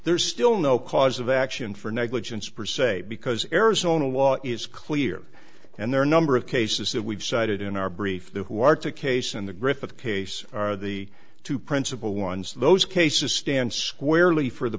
there's still no cause of action for negligence perceval because arizona law is clear and their number of cases that we've cited in our brief who are to case in the griffith case are the two principal ones those cases stand squarely for the